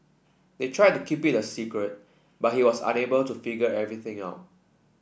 they tried to keep it a secret but he was unable to figure everything out